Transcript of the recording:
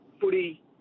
footy